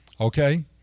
Okay